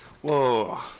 Whoa